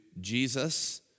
Jesus